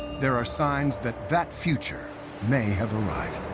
there are signs that that future may have arrived.